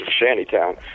Shantytown